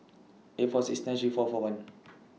eight four six nine three four four one